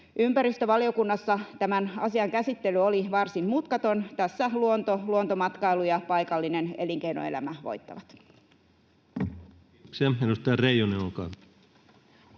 Ympäristövaliokunnassa tämän asian käsittely oli varsin mutkaton. Tässä luonto, luontomatkailu ja paikallinen elinkeinoelämä voittavat.